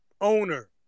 owner